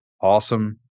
Awesome